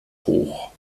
hoch